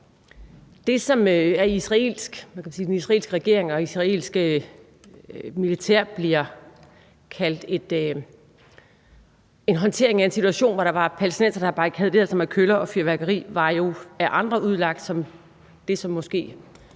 Det, som af den israelske regering og det israelske militær bliver kaldt en håndtering af en situation, hvor der var palæstinensere, der havde barrikaderet sig med køller og fyrværkeri, var jo af andre udlagt som det, som i hvert